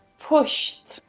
pushed.